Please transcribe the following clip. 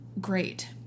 great